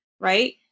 Right